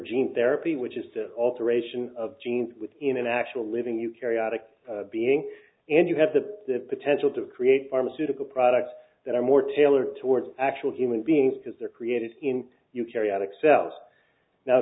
gene therapy which is the alteration of genes in an actual living you carry out a being and you have the potential to create pharmaceutical products that are more tailored towards actual human beings because they're created in you carry out excel now